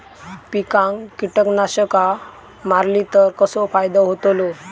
पिकांक कीटकनाशका मारली तर कसो फायदो होतलो?